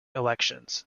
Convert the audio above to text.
elections